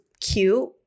cute